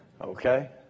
Okay